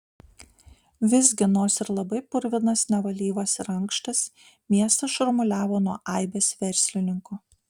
visgi nors ir labai purvinas nevalyvas ir ankštas miestas šurmuliavo nuo aibės verslininkų